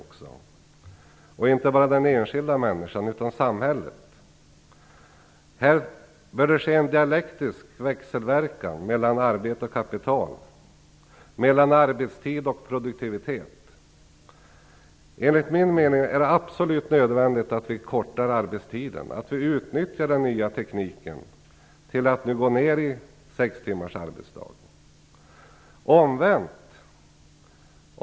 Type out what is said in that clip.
Det gäller inte bara den enskilda människan, utan samhället. Här bör det ske en dialektisk växelverkan mellan arbete och kapital, mellan arbetstid och produktivitet. Enligt min mening är det absolut nödvändigt att vi förkortar arbetstiderna och att vi utnyttjar den nya tekniken till att gå ned i 6 timmarsarbetsdag.